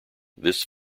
this